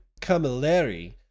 Camilleri